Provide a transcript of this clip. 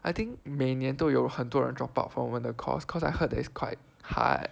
I think 每年都有很多人 drop out from 我的 course cause I heard that it's quite hard